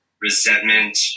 resentment